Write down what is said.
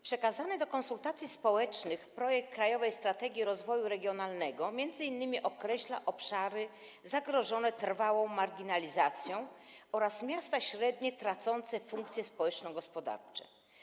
Przekazany do konsultacji społecznych projekt „Krajowej strategii rozwoju regionalnego” określa m.in. obszary zagrożone trwałą marginalizacją oraz miasta średnie tracące funkcje społeczno-gospodarcze.